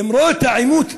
למרות העימות,